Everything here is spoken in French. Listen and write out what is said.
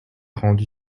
rendu